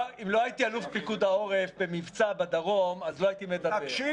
אם לא הייתי אלוף פיקוד העורף במבצע בדרום אז לא הייתי מדבר,